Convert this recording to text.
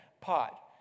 pot